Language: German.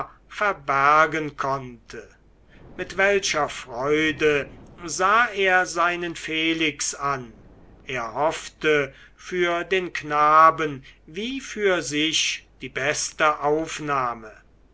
verbergen konnte mit welcher freude sah er seinen felix an er hoffte für den knaben wie für sich die beste aufnahme